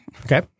Okay